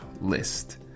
list